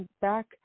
back